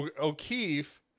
O'Keefe